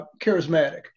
charismatic